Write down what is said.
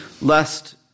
Lest